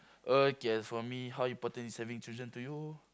okay for me how important is having children to you